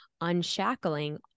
unshackling